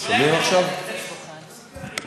סליחה, רגע,